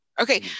okay